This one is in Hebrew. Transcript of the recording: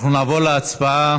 אנחנו נעבור להצבעה.